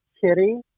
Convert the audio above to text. kitty